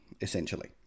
essentially